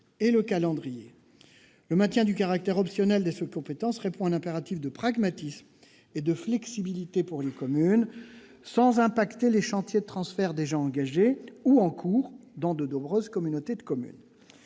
et le calendrier. Le maintien du caractère optionnel de ces compétences répond à un impératif de pragmatisme et de flexibilité pour les communes. Cela n'affecte pas les chantiers de transfert déjà en cours dans de nombreuses communautés de communes.